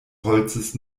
holzes